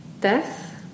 Death